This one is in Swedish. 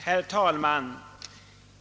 Herr talman!